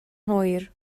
hwyr